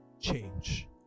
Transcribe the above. change